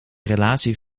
relatie